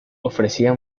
ofrecía